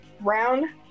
round